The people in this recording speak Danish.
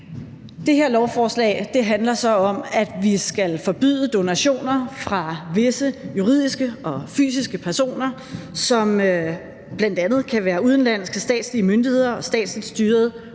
Det her lovforslag handler så om, at vi skal forbyde donationer fra visse juridiske og fysiske personer, som bl.a. kan være udenlandske statslige myndigheder og statsstyrede